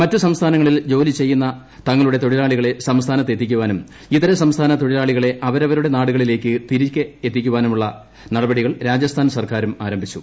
മറ്റ് സ്ക്സ്ഥാനങ്ങളിൽ ജോലി ചെയ്യുന്ന തങ്ങളുടെ തൊഴിലാളികളെ സംസ്ഥാനത്ത് എത്തിക്കാനും ഇതരസംസ്ഥാന തൊഴിലാളികളെ അവരവരുടെ നാടുകളിലേയ്ക്ക് തിരിച്ച് അയക്കാനുമുള്ള നടപടികൾ രാജസ്ഥാൻ സർക്കാരും ആരംഭിച്ചു